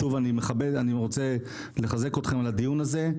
שוב, אני רוצה לחזק אתכם על הדיון הזה,